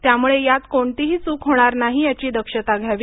त्यामुळे यात कोणतीही चूक होणार नाही याची दक्षता घ्यावी